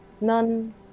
None